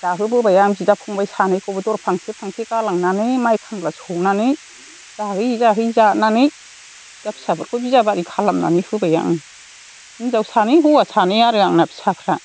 जाहो बोबाय आं बिदा फंबाय सानैखौबो दर फांथे फांथे गालांनानै माइ खामला सौनानै जाहैयै जाहैयै जानानै दा फिसाफोरखौ बिया बारि खालामनानै होबाय आं हिनजाव सानै हौवा सानै आरो आंना फिसाफ्रा